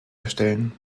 erstellen